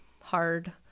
hard